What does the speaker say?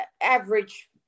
average